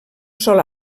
sol